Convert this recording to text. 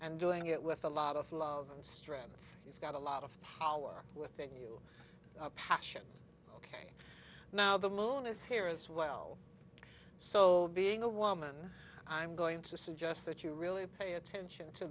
and doing it with a lot of love and strength you've got a lot of power within you passion ok now the moon is here as well so being a woman i'm going to suggest that you really pay attention to